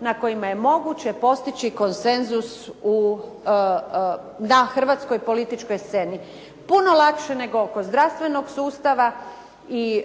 na kojima je moguće postići konsenzus na hrvatskoj političkoj sceni. Puno lakše nego oko zdravstvenog sustava i